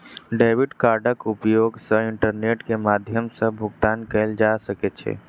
debit कार्डक उपयोग सॅ इंटरनेट के माध्यम सॅ भुगतान कयल जा सकै छै